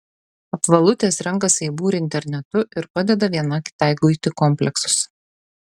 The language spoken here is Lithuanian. apvalutės renkasi į būrį internetu ir padeda viena kitai guiti kompleksus